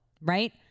right